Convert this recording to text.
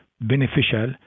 beneficial